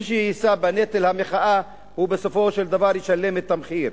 ומי שיישא בנטל המחאה הוא בסופו של דבר ישלם את המחיר.